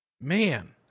Man